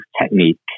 technique